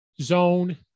Zone